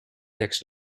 tekst